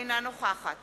אינה נוכחת